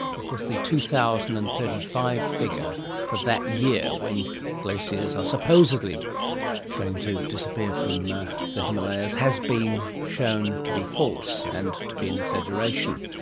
of course the two thousand and thirty five figure for that year when glaciers are supposedly going to disappear from the himalayas has been shown to be false and to be an exaggeration.